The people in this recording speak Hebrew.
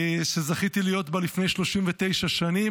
שזכיתי להיות בה לפני 39 שנים,